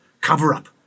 cover-up